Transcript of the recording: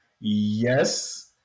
Yes